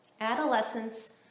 Adolescents